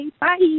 Bye